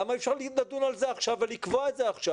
למה אי אפשר לדון על זה עכשיו ולקבוע את זה עכשיו?